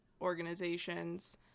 organizations